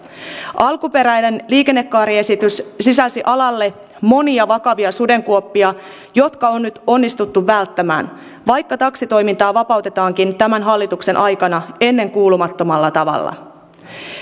alkuperäinen liikennekaariesitys sisälsi alalle monia vakavia sudenkuoppia jotka on nyt onnistuttu välttämään vaikka taksitoimintaa vapautetaankin tämän hallituksen aikana ennenkuulumattomalla tavalla